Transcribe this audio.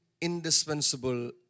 indispensable